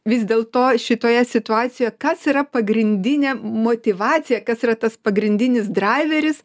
vis dėl to šitoje situacijo kas yra pagrindinė motyvacija kas yra tas pagrindinis draiveris